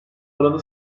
oranı